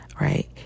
right